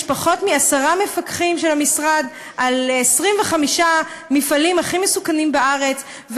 יש פחות מעשרה מפקחים של המשרד על 25 המפעלים הכי מסוכנים בארץ,